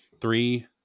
three